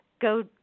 go